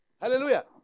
Hallelujah